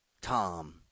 Tom